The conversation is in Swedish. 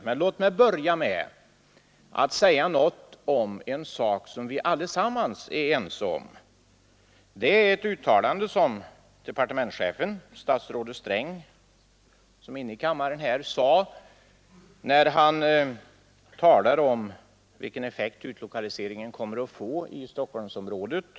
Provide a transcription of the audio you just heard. Men låt mig börja med att säga något om en sak som vi allesammans är ense om, nämligen det uttalande som departementschefen statsrådet Sträng — som är inne i kammaren nu — gjorde, när han talade om vilken effekt utlokaliseringen kommer att få i Stockholmsområdet.